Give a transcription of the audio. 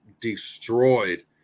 destroyed